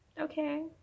Okay